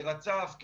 כרצף,